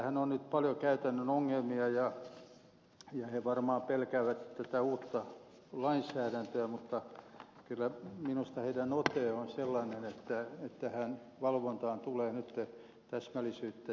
heillähän on nyt paljon käytännön ongelmia ja he varmaan pelkäävät tätä uutta lainsäädäntöä mutta kyllä minusta heidän otteensa on sellainen että tähän valvontaan tulee nyt täsmällisyyttä ja järkeä